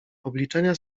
obliczenia